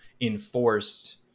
enforced